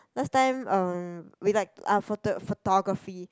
last time um we like photog~ photography